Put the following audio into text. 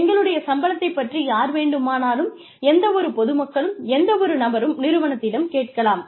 எங்களுடைய சம்பளத்தைப் பற்றி யார் வேண்டுமானாலும் எந்தவொரு பொதுமக்களும் எந்தவொரு நபரும் நிறுவனத்திடம் கேட்கலாம்